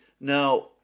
now